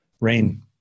rain